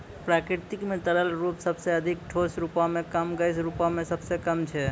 प्रकृति म तरल रूप सबसें अधिक, ठोस रूपो म कम, गैस रूपो म सबसे कम छै